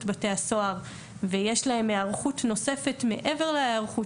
בתי הסוהר ויש להם היערכות נוספת מעבר להיערכות